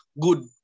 Good